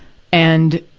and,